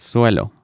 Suelo